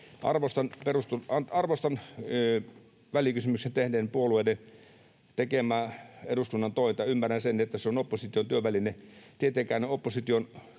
jonka välikysymyksen tehneet puolueet tekivät. Ymmärrän sen, että se on opposition työväline. Tietenkään en opposition